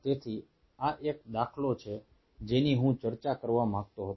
તેથી આ એક દાખલો છે જેની હું ચર્ચા કરવા માંગતો હતો